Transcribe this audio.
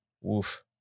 Woof